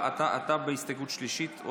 אתה בהסתייגות שלישית.